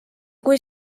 kui